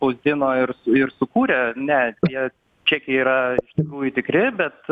spausdino ir su ir sukūrė ne jie čekiai yra iš tikrųjų tikri bet